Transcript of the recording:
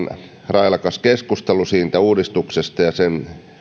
railakas keskustelu siitä uudistuksesta ja sen